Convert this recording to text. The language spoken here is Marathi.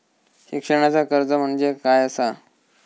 शिक्षणाचा कर्ज म्हणजे काय असा?